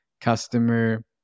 customer